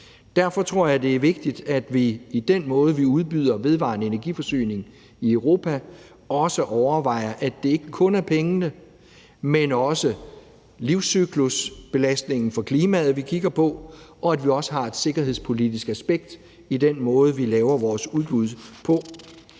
Derfor tror jeg, det er vigtigt, at vi i den måde, vi udbyder vedvarende energiforsyning på, også tænker på, at det ikke kun er pengene, men også livscyklusbelastningen for klimaet, vi kigger på, og at vi også har et sikkerhedspolitisk aspekt i den måde, vi laver vores udbud på.